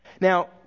Now